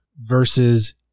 versus